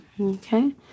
okay